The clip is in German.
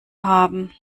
haben